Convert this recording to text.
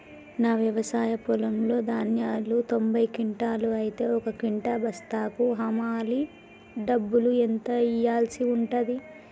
నా వ్యవసాయ పొలంలో ధాన్యాలు తొంభై క్వింటాలు అయితే ఒక క్వింటా బస్తాకు హమాలీ డబ్బులు ఎంత ఇయ్యాల్సి ఉంటది?